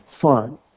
fun